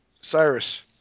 Cyrus